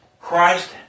Christ